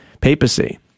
papacy